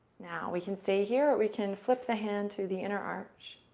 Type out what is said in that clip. now, we can stay here or we can flip the hand to the inner arch.